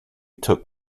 took